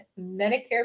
Medicare